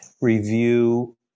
Review